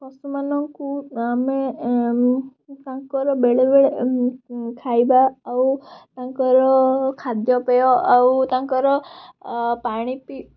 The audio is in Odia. ପଶୁମାନଙ୍କୁ ଆମେ ଏଁ ତାଙ୍କର ବେଳେବେଳେ ଖାଇବା ଆଉ ତାଙ୍କର ଖାଦ୍ୟପେୟ ଆଉ ତାଙ୍କର ଆ ପାଣି ପି